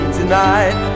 tonight